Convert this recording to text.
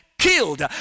killed